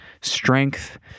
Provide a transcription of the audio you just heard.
strength